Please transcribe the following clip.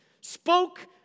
spoke